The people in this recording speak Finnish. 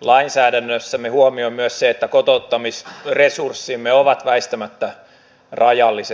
lainsäädännössämme huomioon myös se että kotouttamisresurssimme ovat väistämättä rajalliset